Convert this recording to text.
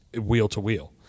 wheel-to-wheel